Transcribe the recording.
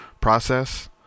process